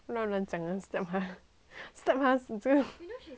slap 她几次